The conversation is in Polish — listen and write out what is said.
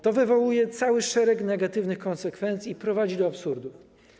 To wywołuje cały szereg negatywnych konsekwencji i prowadzi do absurdów.